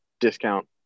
discount